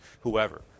whoever